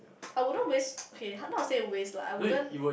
I wouldn't waste okay not say waste lah I wouldn't